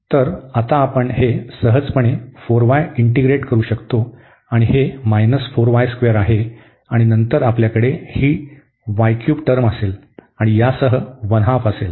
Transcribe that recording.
तर आता आपण हे सहजपणे 4y इंटीग्रेट करू शकतो आणि हे आहे आणि नंतर आपल्याकडे ही टर्म असेल आणि यासह असेल